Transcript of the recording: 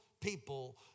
people